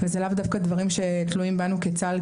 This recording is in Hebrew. זה לאו דווקא דברים שתלויים בנו כצה"ל,